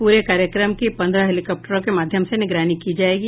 पूरे कार्यक्रम की पन्द्रह हेलीकॉप्टरों के माध्यम से निगरानी की जायेगी